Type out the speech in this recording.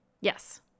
Yes